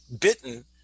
bitten